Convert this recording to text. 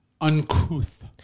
uncouth